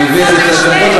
אני מבין את ההשלכות,